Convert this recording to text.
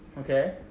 okay